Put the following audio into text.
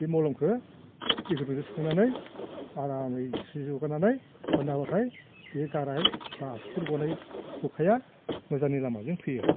बे मलमखौ दै गुदुंजों सुखांनानै आरामै जिस्रिजों हुगारनानै फोनना होबाथाय बे गाराय आसुगर गनाय सबखाया मोजांनि लामाजों फैयो